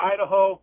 Idaho